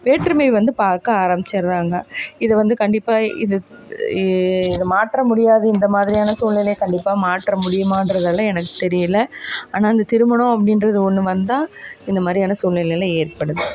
வேற்றுமை வந்து பார்க்க ஆரம்பிச்சிடறாங்க இது வந்து கண்டிப்பாக இது இது மாற்ற முடியாது இந்த மாதிரியான சூழ்நிலை கண்டிப்பாக மாற்ற முடியுமான்றதெல்லாம் எனக்கு தெரியல ஆனால் அந்த திருமணம் அப்படின்றது ஒன்று வந்தால் இந்த மாதிரியான சூழ்நிலைலாம் ஏற்படுது